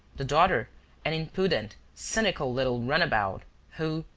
the daughter an impudent, cynical little runabout who,